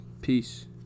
Peace